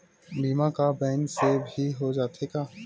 बीमा का बैंक से भी हो जाथे का?